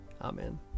Amen